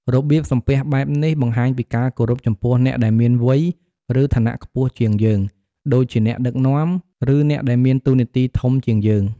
របៀបសំពះបែបនេះ បង្ហាញពីការគោរពចំពោះអ្នកដែលមានវ័យ ឬឋានៈខ្ពស់ជាងយើង ដូចជាអ្នកដឹកនាំ ឬអ្នកដែលមានតួនាទីធំជាងយើង។